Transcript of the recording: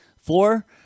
Four